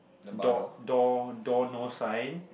door door no sign